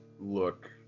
look